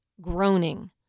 groaning